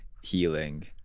healing